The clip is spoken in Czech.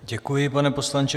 Děkuji, pane poslanče.